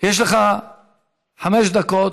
לך חמש דקות.